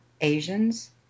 Asians